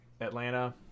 Atlanta